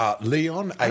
Leon